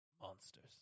monsters